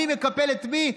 מי מקפל את מי,